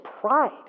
pride